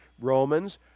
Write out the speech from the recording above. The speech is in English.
Romans